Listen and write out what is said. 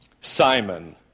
Simon